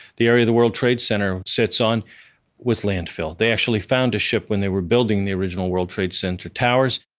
the area the world trade center sits on was landfill. they actually found a ship when they were building the original world trade center towers.